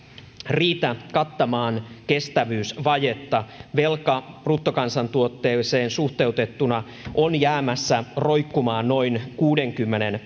riitä kattamaan kestävyysvajetta velka bruttokansantuotteeseen suhteutettuna on jäämässä roikkumaan noin kuudenkymmenen